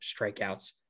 strikeouts